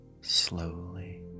slowly